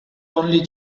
only